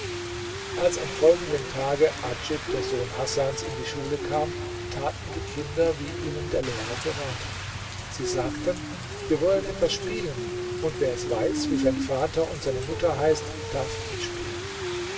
als am folgenden tage adjib der sohn hasans in die schule kam taten die kinder wie ihnen der lehrer geraten sie sagten wir wollen etwas spielen und wer es weiß wie sein vater und seine mutter heißt darf mitspielen